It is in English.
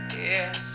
yes